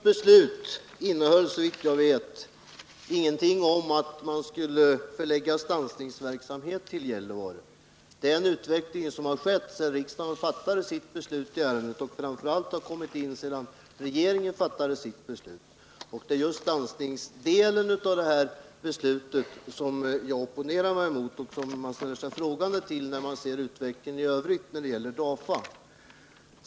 Herr talman! Riksdagens beslut innehöll såvitt jag vet ingenting om att Tisdagen den man skulle förlägga stansningsverksamhet till Gällivare, men en utveckling i 13 november 1979 den riktningen har skett efter det att riksdagen fattade sitt beslut i ärendet och framför allt sedan regeringen fattade sitt beslut. Det är just den del av regeringsbeslutet som berör stansningsverksamheten som jag opponerar mig mot och som man ställer sig frågande inför när man ser på utvecklingen i övrigt när det gäller DAFA.